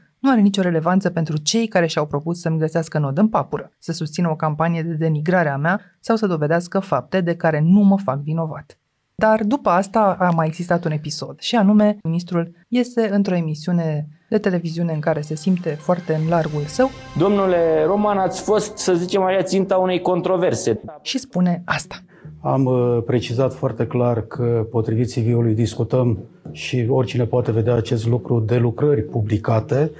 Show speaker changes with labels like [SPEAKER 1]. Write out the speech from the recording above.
[SPEAKER 1] nu are nicio relevanță pentru cei care și-au propus să-mi găsească nod în papură, să susțină o campanie de denigrare a mea sau să dovedească fapte de care nu mă fac vinovat. Dar după asta a mai existat un episod și anume, ministrul iese într-o emisiune de televiziune în care se simte foarte în largul său.
[SPEAKER 2] Domnule Roman, ați fost, să zicem așa, ținta unei controverse.
[SPEAKER 1] Și spune asta.
[SPEAKER 3] Am, uh, precizat foarte clar că, potrivit CV-ului, discutăm și oricine poate vedea acest lucru de lucrări publicate.